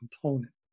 component